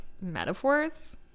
metaphors